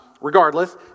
regardless